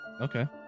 Okay